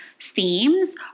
themes